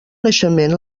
naixement